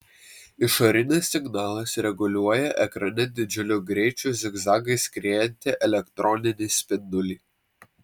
išorinis signalas reguliuoja ekrane didžiuliu greičiu zigzagais skriejantį elektroninį spindulį